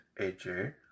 AJ